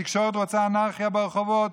התקשורת רוצה אנרכיה ברחובות.